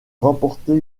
remporter